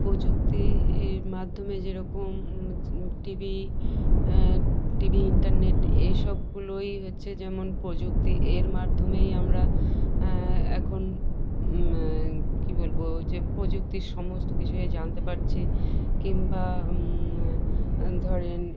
প্রযুক্তির মাধ্যমে যেরকম টিভি টিভি ইন্টারনেট এইসবগুলোই হচ্ছে যেমন প্রযুক্তি এর মাধ্যমেই আমরা এখন কী বলবো যে প্রযুক্তির সমস্ত কিছুই জানতে পারছি কিংবা ধরেন